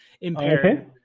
impaired